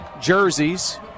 jerseys